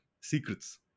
secrets